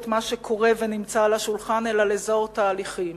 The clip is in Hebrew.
מה שקורה ונמצא על השולחן אלא לזהות תהליכים,